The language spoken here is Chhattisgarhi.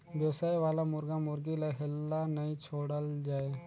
बेवसाय वाला मुरगा मुरगी ल हेल्ला नइ छोड़ल जाए